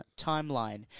timeline